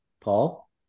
Paul